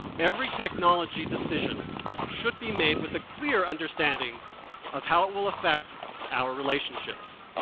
every technology decision should be made with a clear understanding of how it will affect our relationships.